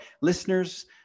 listeners